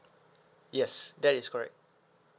yes that is correct